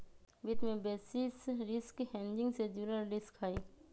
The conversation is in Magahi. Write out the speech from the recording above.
वित्त में बेसिस रिस्क हेजिंग से जुड़ल रिस्क हहई